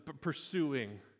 pursuing